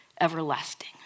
everlasting